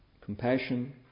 compassion